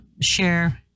share